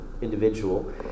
individual